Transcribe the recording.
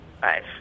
Five